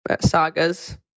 sagas